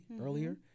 earlier